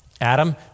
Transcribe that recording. Adam